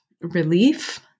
relief